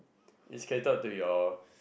is catered to your